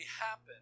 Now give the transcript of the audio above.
happen